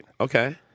Okay